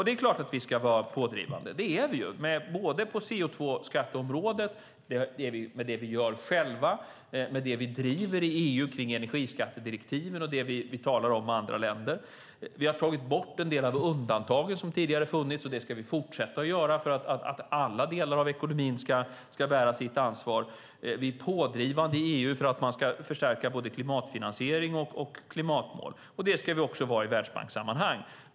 Det är klart att vi ska vara pådrivande, och det är vi på CO2-skatteområdet, i det vi gör själva, i det vi driver i EU vad gäller energiskattedirektiven och i det vi talar om med andra länder. Vi har tagit bort en del av undantagen som tidigare fanns, och det ska vi fortsätta göra så att alla delar av ekonomin ska bära sitt ansvar. Vi är pådrivande i EU för att man ska förstärka både klimatfinansiering och klimatmål, och det ska vi också vara i Världsbankssammanhang.